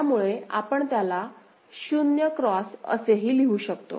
त्यामुळे आपण त्याला 0 X असेही लिहू शकतो